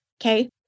okay